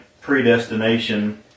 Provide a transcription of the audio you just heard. predestination